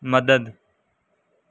مدد